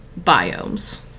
biomes